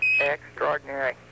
extraordinary